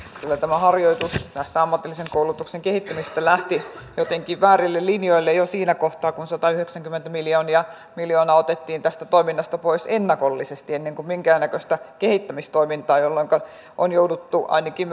kyllä tämä harjoitus ammatillisen koulutuksen kehittämisestä lähti jotenkin väärille linjoille jo siinä kohtaa kun satayhdeksänkymmentä miljoonaa otettiin tästä toiminnasta pois ennakollisesti ennen minkäännäköistä kehittämistoimintaa jolloinka on jouduttu ainakin